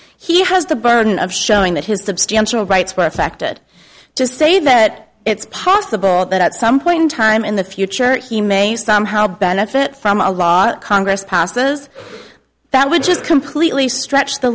he has the burden of showing that his substantial rights were affected just say that it's possible that at some point in time in the future he may somehow benefit from a lot of congress passes that would just completely stretch the